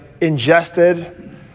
ingested